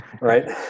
right